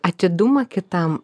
atidumą kitam